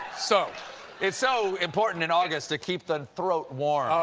so it's so important in august to keep the throat warm. oh,